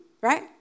right